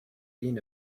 been